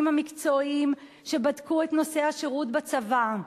המקצועיים שבדקו את נושא השירות בצבא.